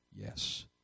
Yes